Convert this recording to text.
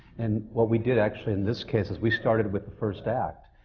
and what we did, actually, in this case, is we started with the first act,